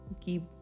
keep